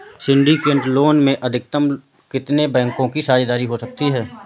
Syndicate loan में अधिकतम कितने बैंकों की साझेदारी हो सकती है?